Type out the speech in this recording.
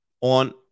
on